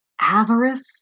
avarice